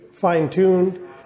fine-tuned